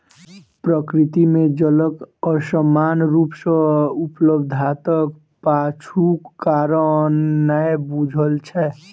प्रकृति मे जलक असमान रूप सॅ उपलब्धताक पाछूक कारण नै बूझल छै